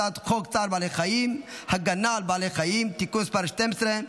הצעת חוק צער בעלי חיים (הגנה על בעלי חיים) (תיקון מס' 12)